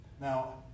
Now